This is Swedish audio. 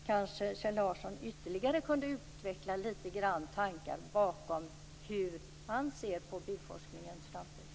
Kan Kjell Larsson ytterligare lite grann utveckla tanken bakom hur han ser på byggforskningens framtid?